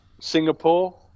Singapore